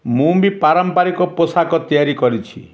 ମୁଁ ବି ପାରମ୍ପାରିକ ପୋଷାକ ତିଆରି କରିଛି